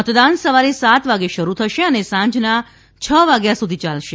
મતદાન સવારે સાત વાગ્યે શરૂ થશે અને સાંજના છ વાગ્યા સુધી ચાલુ રહેશે